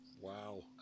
Wow